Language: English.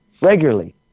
regularly